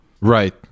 Right